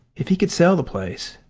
if he could sell the place,